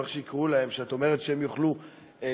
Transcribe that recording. או איך שיקראו להם, שאת אומרת שהם יוכלו לפעול,